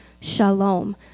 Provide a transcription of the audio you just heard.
shalom